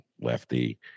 lefty